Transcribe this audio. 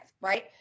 right